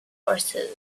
horses